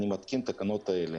אני מתקין תקנות אלה: